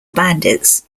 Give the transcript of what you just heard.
bandits